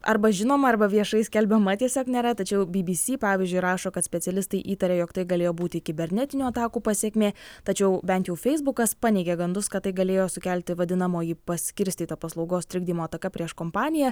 arba žinoma arba viešai skelbiama tiesiog nėra tačiau bybysy pavyzdžiui rašo kad specialistai įtaria jog tai galėjo būti kibernetinių atakų pasekmė tačiau bent jau feisbukas paneigė gandus kad tai galėjo sukelti vadinamoji paskirstyta paslaugos trikdymo ataka prieš kompaniją